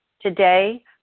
Today